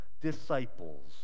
disciples